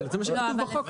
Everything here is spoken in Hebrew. אבל זה מה שכתוב בחוק.